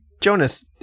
Jonas